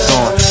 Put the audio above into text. on